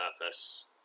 purpose